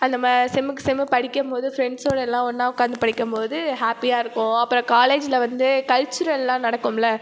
அந்த மா செம்முக்கு செம்மு படிக்கும் போது ஃப்ரண்ட்ஸோடு எல்லாம் ஒன்றா உட்காந்து படிக்கும் போது ஹாப்பியாக இருக்கும் அப்புறம் காலேஜில் வந்து கல்ச்சுரல்லாம் நடக்குமில்ல